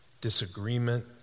disagreement